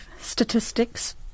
statistics